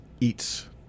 eats